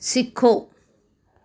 सिखो